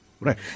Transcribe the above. right